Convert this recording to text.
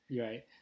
Right